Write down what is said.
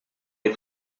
les